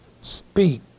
Speak